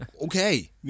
okay